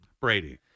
Brady